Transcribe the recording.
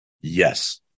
Yes